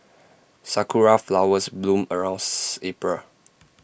Sakura Flowers bloom around April